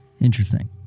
Interesting